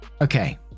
Okay